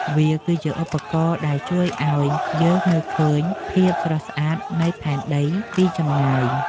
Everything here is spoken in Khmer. វាគឺជាឧបករណ៍ដែលជួយឱ្យយើងមើលឃើញភាពស្រស់ស្អាតនៃផែនដីពីចម្ងាយ។